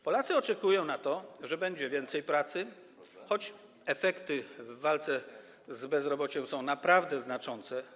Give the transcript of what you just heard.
Polacy oczekują na to, że będzie więcej pracy, choć efekty w walce z bezrobociem są naprawdę znaczące.